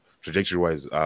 Trajectory-wise